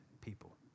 people